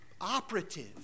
operative